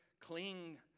cling